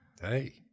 Hey